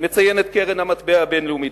מציינת קרן המטבע הבין-לאומית,